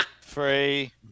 three